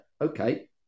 Okay